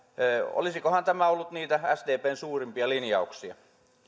olisikohan tämä ollut niitä sdpn suurimpia linjauksia